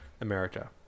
America